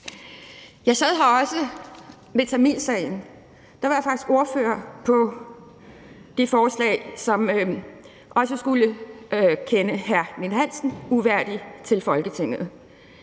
Jeg sad her også ved tamilsagen. Der var jeg faktisk ordfører på det forslag, som skulle kende Ninn-Hansen uværdig til Folketinget.